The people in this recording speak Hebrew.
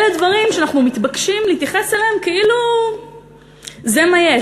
אלה הדברים שאנחנו מתבקשים להתייחס אליהם כאילו זה מה יש.